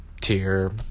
tier